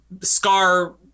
Scar